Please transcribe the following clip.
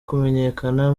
kumenyekana